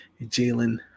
Jalen